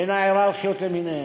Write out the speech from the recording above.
בין ההייררכיות למיניהן,